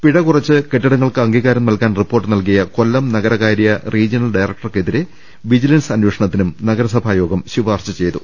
പിഴ കുറച്ച് കെട്ടിടങ്ങൾക്ക് അംഗീകാരം നൽകാൻ റിപ്പോർട്ട് നൽകിയ കൊല്ലം നഗരകാര്യ റീജ്യണൽ ഡയറക്ടർക്കെതിരേ വിജി ലൻസ് അന്വേഷണത്തിനും നഗരസഭായോഗം ശുപാർശ ചെയ്തു